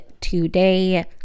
today